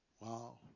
Wow